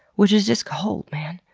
which is just cold, man.